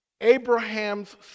Abraham's